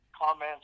comments